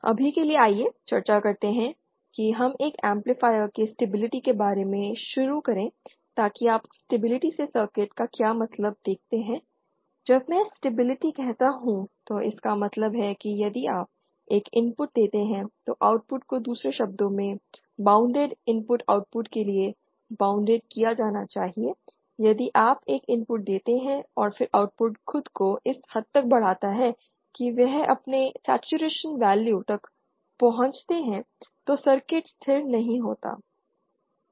अभी के लिए आइए चर्चा करते हैं कि हम एक एम्पलीफायर के स्टेबिलिटी के बारे में शुरू करें ताकि आप स्टेबिलिटी से सर्किट का क्या मतलब देखते हैं जब मैं स्टेबिलिटी कहता हूं तो इसका मतलब है कि यदि आप एक इनपुट देते हैं तो आउटपुट को दूसरे शब्दों में बॉउंडेड इनपुट आउटपुट के लिए बॉउंड किया जाना चाहिए यदि आप एक इनपुट देते हैं और फिर आउटपुट खुद को इस हद तक बढ़ाता है कि वह अपने सेचुरेशन वैल्यू तक पहुंचते है तो सर्किट स्थिर नहीं होता है